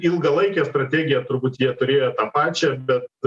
ilgalaikę strategiją turbūt jie turėjo tą pačią bet